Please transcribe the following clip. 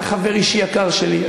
אתה חבר אישי יקר שלי,